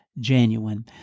genuine